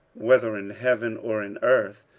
whether in heaven or in earth,